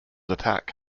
attack